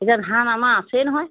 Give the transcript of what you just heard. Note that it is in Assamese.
এতিয়া ধান আমাৰ আছেই নহয়